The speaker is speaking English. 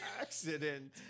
accident